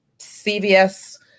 CVS